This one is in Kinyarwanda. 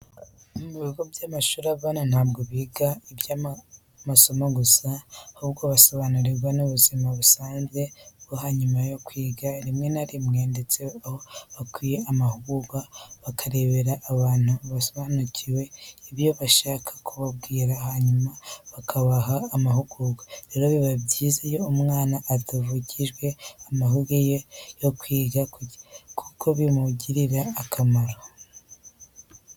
Mu bigo by'amashuri abana ntabwo biga iby'amasomo gusa ahubwo basobanurirwa n'ubuzima busanzwe bwo hanyuma yo kwiga rimwe na rimwe ndetse aho bakwiye amahugurwa bakabarebera abantu basobanukiwe ibyo bashaka kubabwira hanyuma bakabaha amahugurwa. Rero biba byiza iyo umwana atavukijwe amahirwe ye yo kwiga kuko bimugirira akamaro.